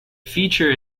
feature